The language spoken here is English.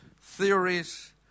theories